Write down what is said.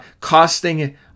costing